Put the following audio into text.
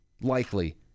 likely